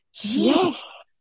Yes